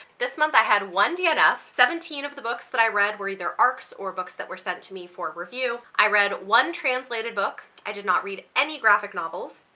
this month i had one dnf, seventeen of the books that i read were either arcs or books that were sent to me for review, i read one translated book, i did not read any graphic novels,